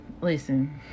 Listen